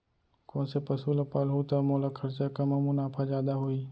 कोन से पसु ला पालहूँ त मोला खरचा कम अऊ मुनाफा जादा होही?